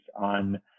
on